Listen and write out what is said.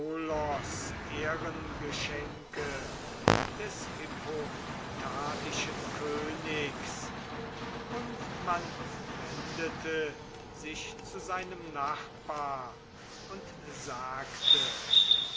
ehrengeschenke des hippotadischen königs und man wendete sich zu seinem nachbar und sagte